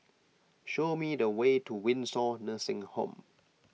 show me the way to Windsor Nursing Home